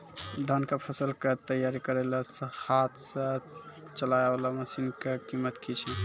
धान कऽ फसल कऽ तैयारी करेला हाथ सऽ चलाय वाला मसीन कऽ कीमत की छै?